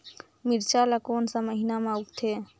मिरचा ला कोन सा महीन मां उगथे?